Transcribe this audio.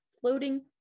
Floating